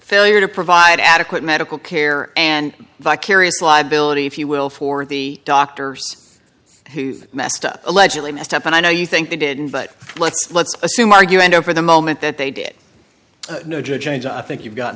failure to provide adequate medical care and vicarious liability if you will for the doctors who messed up allegedly messed up and i know you think they didn't but let's let's assume argue endo for the moment that they did no james i think you've got